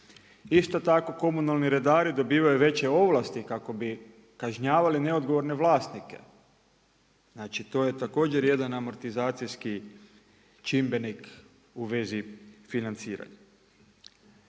Isto tako komunalni redari dobivaju veće ovlasti kako bi kažnjavali neodgovorne vlasnike, znači to je također jedan amortizacijski čimbenik u vezi financiranja.